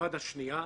באינתיפאדה השנייה,